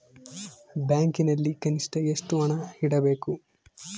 ಬ್ಯಾಂಕಿನಲ್ಲಿ ಕನಿಷ್ಟ ಎಷ್ಟು ಹಣ ಇಡಬೇಕು?